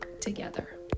together